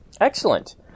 Excellent